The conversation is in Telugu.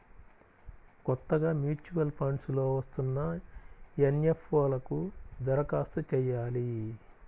కొత్తగా మూచ్యువల్ ఫండ్స్ లో వస్తున్న ఎన్.ఎఫ్.ఓ లకు దరఖాస్తు చెయ్యాలి